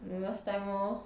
um last time lor